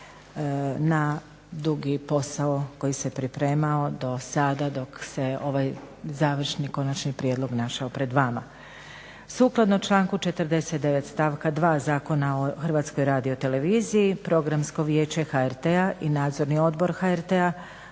na dugi posao koji se pripremao dosada dok se ovaj završni konačni prijedlog našao pred vama. Sukladno članku 49. stavka 2. Zakona o HRT-u Programsko vijeće HRT-a i Nadzorni odbor HRT-a